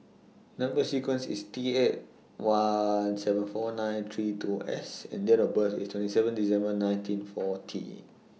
Number sequence IS T eight one seven four nine three two S and Date of birth IS twenty seven December nineteen forty